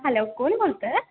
hello कोण बोलतंय